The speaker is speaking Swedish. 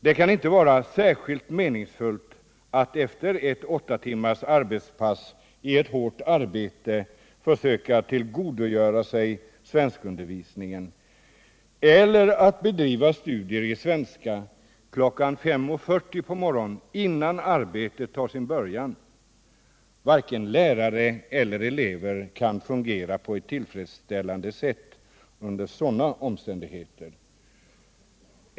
Det kan inte vara särskilt meningsfullt att efter ett åtta timmars arbetspass i ett hårt arbete försöka tillgodogöra sig svenskundervisning, eller att bedriva studier i svenska kl. 5.40 på morgonen, innan arbetet tar sin början. Varken lärare eller elever kan fungera på ett tillfredsställande sätt under sådana omständigheter.